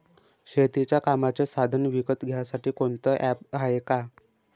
शेतीच्या कामाचे साधनं विकत घ्यासाठी कोनतं ॲप हाये का?